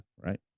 right